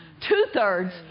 two-thirds